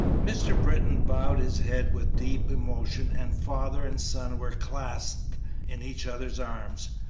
mr. britton bowed his head with deep emotion, and father and son were clasped in each other's arms.